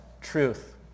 truth